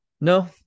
No